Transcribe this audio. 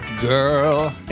Girl